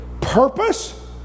purpose